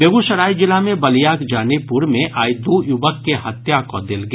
बेगूसराय जिला मे बलियाक जानीपुर मे आइ दू युवक के हत्या कऽ देल गेल